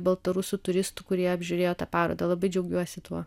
baltarusių turistų kurie apžiūrėjo tą parodą labai džiaugiuosi tuo